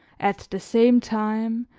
at the same time,